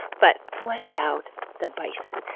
but what about the bison?